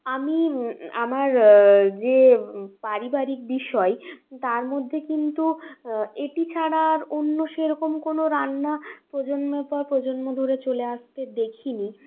আমি আমার যে পারিবারিক বিষয় তার মধ্যে কিন্তু এটি ছাড়া আর অন্য সেরকম কোনও রান্না প্রজন্মের পর প্রজন্ম ধরে চলে আসতে দেখিনি